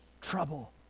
trouble